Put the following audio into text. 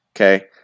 okay